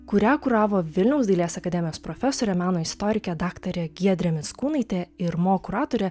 kurią kuravo vilniaus dailės akademijos profesorė meno istorikė daktarė giedrė mickūnaitė ir mo kuratorė